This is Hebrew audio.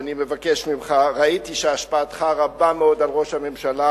ואני מבקש ממך: ראיתי שהשפעתך רבה מאוד על ראש הממשלה,